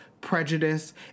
prejudice